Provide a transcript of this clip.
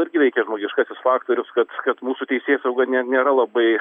irgi veikia žmogiškasis faktorius kad kad mūsų teisėsauga ne nėra labai